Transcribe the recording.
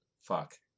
Fuck